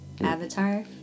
Avatar